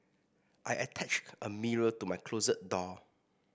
I attached a mirror to my closet door